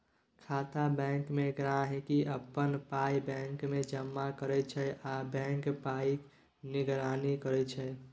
खाता बैंकमे गांहिकी अपन पाइ बैंकमे जमा करै छै आ बैंक पाइक निगरानी करै छै